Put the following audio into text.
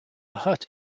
hut